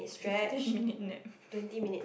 fifteen minute nap